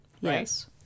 Yes